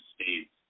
states